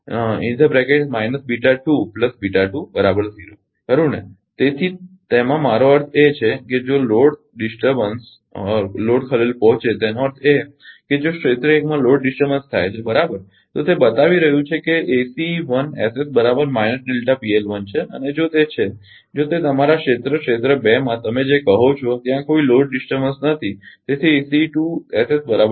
તેથી તેમાં મારો અર્થ એ છે કે જો લોડ ખલેલ પહોંચે તેનો અર્થ એ કે જો ક્ષેત્ર 1 માં લોડ ડિસ્ટર્બન્સ થાય છે બરાબર તો તે બતાવી રહ્યું છે કે તે છે અને જો તે છે જો તે તમારા ક્ષેત્ર ક્ષેત્ર 2 માં તમે જે કહો છો કે ત્યાં કોઈ લોડ ડિસ્ટર્બન્સ નથી તેથી બરાબર